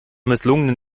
misslungenen